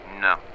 No